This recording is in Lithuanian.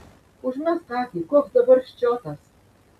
užmesk akį koks dabar ščiotas